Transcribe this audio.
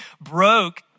broke